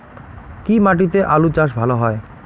কি মাটিতে আলু চাষ ভালো হয়?